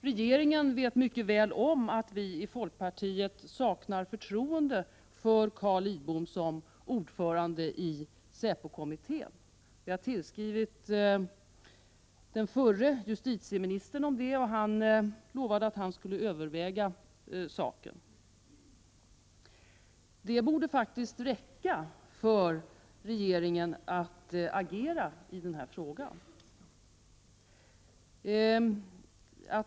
Regeringen vet mycket väl om att vi i folkpartiet saknar förtroende för Carl Lidbom som ordförande i SÄPO-kommittén. Vi har tillskrivit den förre justitieministern om det, och han lovade att han skulle överväga saken. Det borde faktiskt räcka för regeringen att agera i den här frågan.